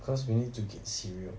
because we need to get cereal